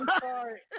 sorry